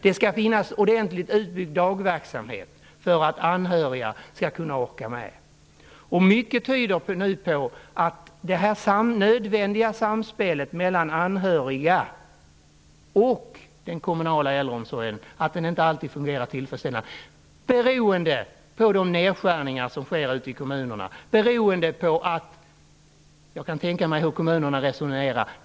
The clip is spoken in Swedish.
Det skall finnas ordentligt utbyggd dagverksamhet för att anhöriga skall kunna orka med. Mycket tyder nu på att detta nödvändiga samspel mellan anhöriga och den kommunala äldreomsorgen inte alltid fungerar tillfredsställande beroende på de nedskärningar som sker ute i kommunerna. Jag kan tänka mig hur kommunerna resonerar.